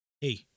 Hey